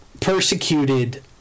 persecuted